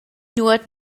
nuot